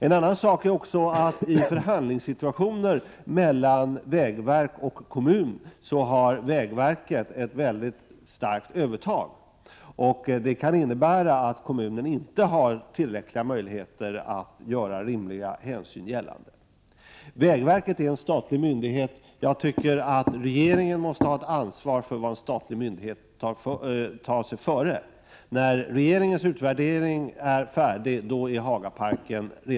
En annan sak är också att i förhandlingssituationer mellan vägverket och kommuner har vägverket ett mycket starkt övertag. Det kan innebära att kommunen inte har tillräckliga möjligheter att göra rimliga hänsyn gällande. Vägverket är en statlig myndighet. Regeringen måste ha ansvar för vad en statlig myndighet tar sig för. När regeringens utvärdering är färdig, då är Hagaparken redan förstörd. — Prot.